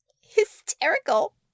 Hysterical